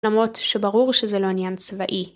למרות שברור שזה לא עניין צבאי.